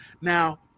Now